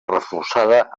reforçada